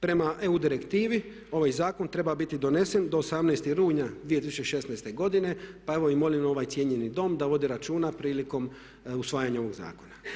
Prema EU direktivi ovaj zakon treba biti donesen do 18. rujna 2016. godine pa evo molim ovaj cijenjeni Dom da vodi računa prilikom usvajanja ovog zakona.